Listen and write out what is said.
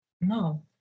no